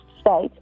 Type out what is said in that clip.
state